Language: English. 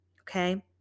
okay